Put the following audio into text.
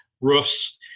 roofs